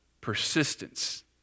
persistence